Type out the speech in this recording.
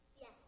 Yes